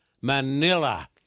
Manila